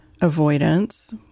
avoidance